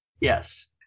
Yes